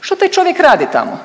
Što taj čovjek radi tamo?